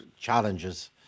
challenges